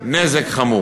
נזק חמור.